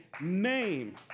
name